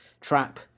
trap